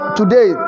today